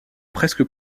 presque